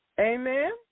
Amen